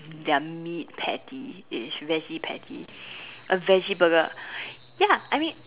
their meat patties it is Veggie patty a Veggie Burger ya I mean